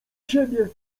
siebie